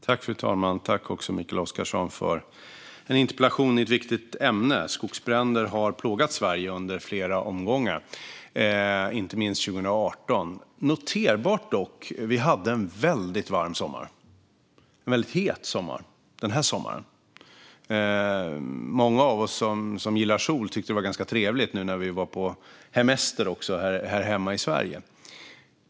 Fru talman! Tack, Mikael Oscarsson, för en interpellation i ett viktigt ämne! Skogsbränder har plågat Sverige i flera omgångar, inte minst 2018. Noterbart är dock att vi hade en väldigt het sommar i år. Många av oss som gillar sol tyckte att det var ganska trevligt nu är vi var på hemester här hemma i Sverige.